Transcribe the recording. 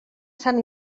sant